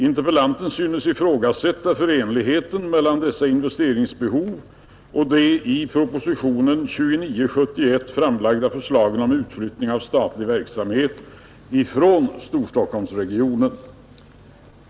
Interpellanten synes ifrågasätta förenligheten mellan dessa investeringsbehov och de i propositionen 1971:29 framlagda förslagen om utflyttning av statlig verksamhet från Storstockholmsregionen.